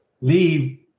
leave